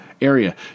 area